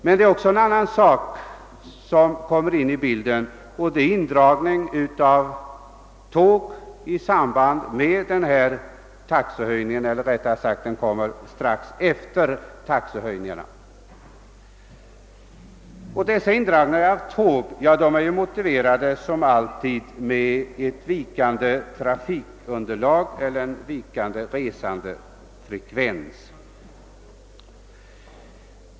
Men det är också en annan sak som kommer in i bilden, och det är indragningarna av tåg i samband med eller, rättare sagt, strax efter taxehöjningarna. Dessa indragningar motiveras som alltid av ett vikande trafikunderlag eller en vikande resandefrekvens.